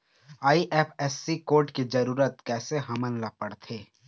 IFSC code के जरूरत कैसे हमन ला पड़थे?